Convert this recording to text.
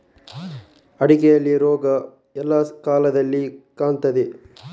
ಅಡಿಕೆಯಲ್ಲಿ ರೋಗ ಎಲ್ಲಾ ಕಾಲದಲ್ಲಿ ಕಾಣ್ತದ?